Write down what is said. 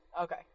Okay